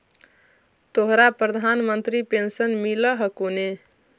तोहरा प्रधानमंत्री पेन्शन मिल हको ने?